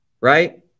right